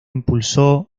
impulsó